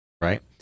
Right